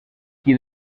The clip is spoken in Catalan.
qui